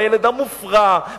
בילד המופרע,